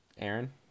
aaron